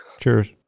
Cheers